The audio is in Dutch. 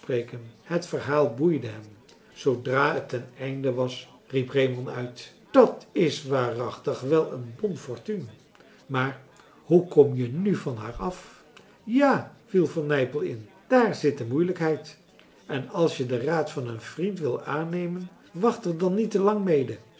het verhaal boeide hen zoodra het ten einde was riep reeman uit dat is waarachtig wel een bonne fortune maar hoe kom je nu van haar af ja viel van nypel in daar zit de moeilijkheid en als je den raad van een vriend wilt aannemen wacht er dan niet te lang mede